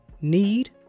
need